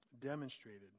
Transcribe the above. demonstrated